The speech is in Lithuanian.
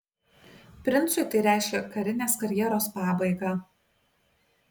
princui tai reiškė karinės karjeros pabaigą